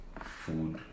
food